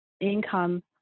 income